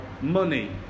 money